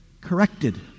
corrected